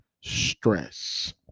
stress